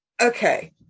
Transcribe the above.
Okay